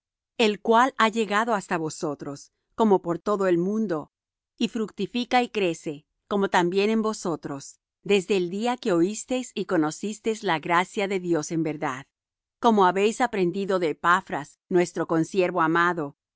el cual ha llegado hasta vosotros como por todo el mundo y fructifica y crece como también en vosotros desde el día que oísteis y conocisteis la gracia de dios en verdad como habéis aprendido de epafras nuestro consiervo amado el